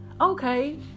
Okay